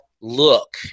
Look